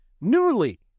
newly